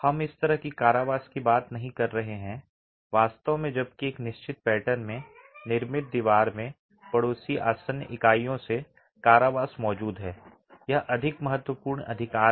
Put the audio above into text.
हम इस तरह की कारावास की बात नहीं कर रहे हैं वास्तव में जबकि एक निश्चित पैटर्न में निर्मित दीवार में पड़ोसी आसन्न इकाइयों से कारावास मौजूद है यह अधिक महत्वपूर्ण अधिकार है